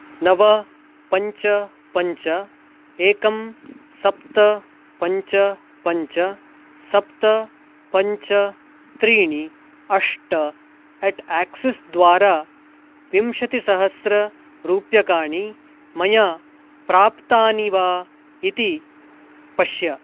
नव पञ्च पञ्च एकं सप्त पञ्च पञ्च सप्त पञ्च त्रीणि अष्ट अट् एक्सिस् द्वारा विंशतिसहस्ररूप्यकाणि मया प्राप्तानि वा इति पश्य